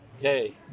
Hey